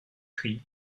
christ